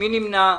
מי נמנע?